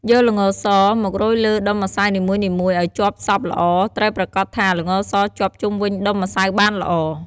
យក ល្ងស មករោយលើដុំម្សៅនីមួយៗ ឱ្យជាប់សប់ល្អ ត្រូវប្រាកដថាល្ងសជាប់ជុំវិញដុំម្សៅបានល្អ។